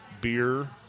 beer